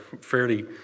fairly